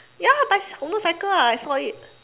ya bi~ motorcycle ah I saw it